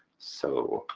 so